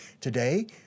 Today